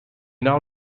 now